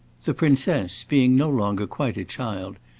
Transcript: the princess, being no longer quite a child,